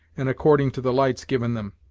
and according to the lights given them,